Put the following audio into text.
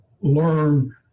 learn